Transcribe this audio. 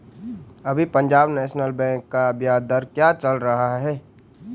अभी Punjab National Bank का ब्याज दर क्या चल रहा है?